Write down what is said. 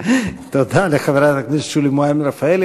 תודה לחברת הכנסת שולי מועלם-רפאלי.